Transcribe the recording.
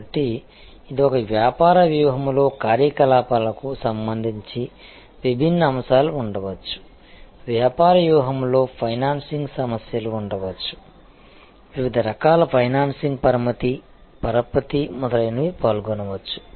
కాబట్టి ఇది ఒక వ్యాపార వ్యూహంలో కార్యకలాపాలకు సంబంధించి విభిన్న అంశాలు ఉండవచ్చు వ్యాపార వ్యూహంలో ఫైనాన్సింగ్ సమస్యలు ఉండవచ్చు వివిధ రకాల ఫైనాన్సింగ్ పరపతి మొదలైనవి పాల్గొనవచ్చు